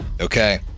Okay